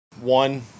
one